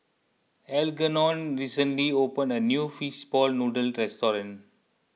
Algernon recently opened a new Fish Ball Noodles Restaurant